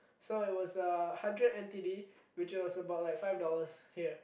so it was a hundred N_T_D which was about like five dollars here